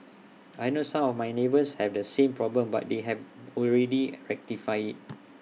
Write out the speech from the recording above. I know some of my neighbours have the same problem but they have already rectified IT